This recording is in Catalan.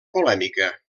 polèmica